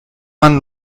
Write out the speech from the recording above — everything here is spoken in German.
man